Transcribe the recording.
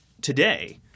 today